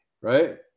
right